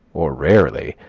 or rarely,